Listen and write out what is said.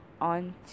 on